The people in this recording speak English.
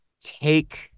take